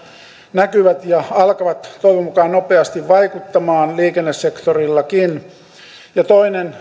näkyvät ja alkavat toivon mukaan nopeasti vaikuttamaan liikennesektorillakin ja toinen